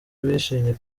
bishimiye